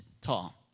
tall